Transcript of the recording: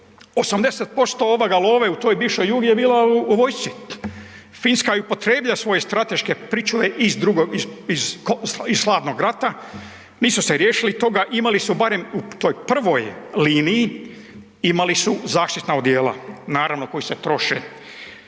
love u toj bivšoj Jugi je bila u vojsci. Finska je upotrijebila svoje strateške pričuve iz slavnog rata, nisu se riješili toga, imali su barem u toj prvoj liniji, imali su zaštitna odjela, naravno koji se troše,